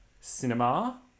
cinema